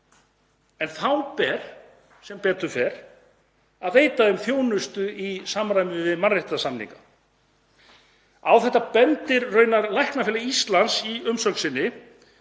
En þá ber sem betur fer að veita þeim þjónustu í samræmi við mannréttindasamninga. Á þetta bendir raunar Læknafélag Íslands í umsögn sinni.